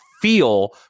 feel